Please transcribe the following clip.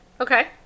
Okay